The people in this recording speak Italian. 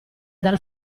dal